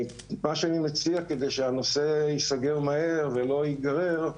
ומה שאני מציע, כדי שהנושא ייסגר מהר ולא ייגרר,